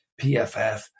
PFF